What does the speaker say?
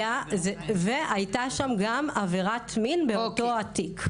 והייתה שם עבירת מין באותו התיק.